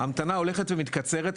ההמתנה הולכת ומתקצרת,